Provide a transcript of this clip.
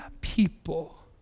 people